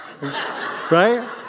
Right